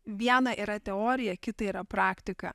viena yra teorija kita yra praktika